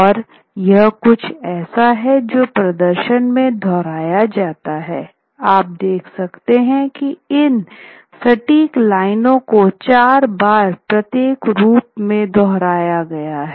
और यह कुछ ऐसा है जो प्रदर्शन में दोहराया जाता है आप देख सकते हैं की इन सटीक लाइनों को चार बार प्रत्येक रूप में दोहराया गया है